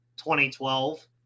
2012